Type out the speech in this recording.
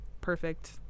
perfect